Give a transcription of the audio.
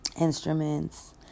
instruments